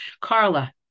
Carla